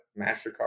MasterCard